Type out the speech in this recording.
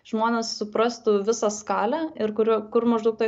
žmonės suprastų visą skalę ir kurio kur maždaug toj